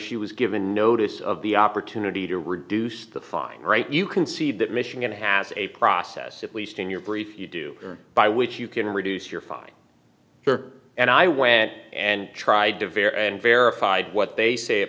she was given notice of the opportunity to reduce the fine right you can see that michigan has a process at least in your brief you do by which you can reduce your file for and i went and tried to verify and verified what they say